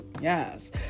yes